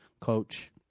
coach